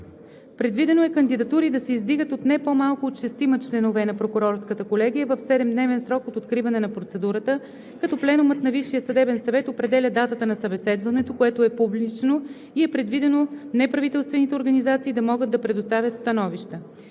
Предвидено е кандидатури да се издигат от не по-малко от шестима членове на Прокурорската колегия в 7-дневен срок от откриване на процедурата, като Пленумът на Висшия съдебен съвет определя датата на събеседването, което е публично и е предвидено неправителствените организации да могат да предоставят становища.